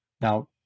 Now